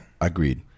Agreed